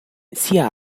sia